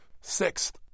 Sixth